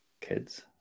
kids